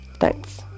Thanks